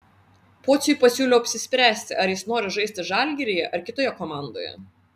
pociui pasiūliau apsispręsti ar jis nori žaisti žalgiryje ar kitoje komandoje